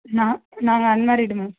நான் நான் unmarried ma'am